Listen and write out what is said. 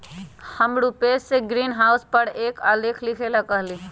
हम रूपेश से ग्रीनहाउस पर एक आलेख लिखेला कहली